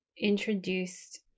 introduced